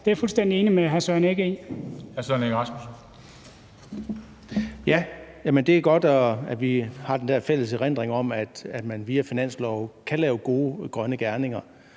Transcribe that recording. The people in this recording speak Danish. Kl. 13:25 Søren Egge Rasmussen (EL): Jamen det er godt, at vi har den der fælles erindring om, at man via finanslove kan lave gode grønne gerninger,